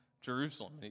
Jerusalem